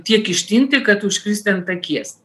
tiek ištinti kad užkristi ant akies